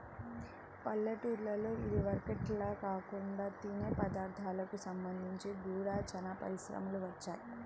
పల్లెటూల్లలో ఇదివరకటిల్లా కాకుండా తినే పదార్ధాలకు సంబంధించి గూడా చానా పరిశ్రమలు వచ్చాయ్